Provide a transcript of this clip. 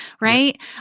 right